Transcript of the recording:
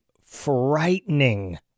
frightening